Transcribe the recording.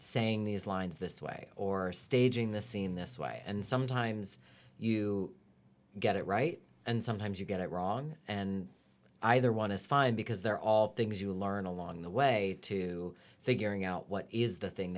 saying these lines this way or staging the scene this way and sometimes you get it right and sometimes you get it wrong and either one is fine because they're all things you learn along the way to figuring out what is the thing